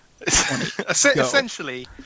Essentially